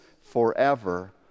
forever